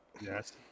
Yes